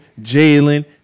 Jalen